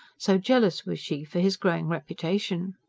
so jealous was she for his growing reputation.